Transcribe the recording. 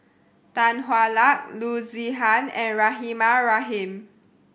Tan Hwa Luck Loo Zihan and Rahimah Rahim